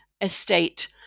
estate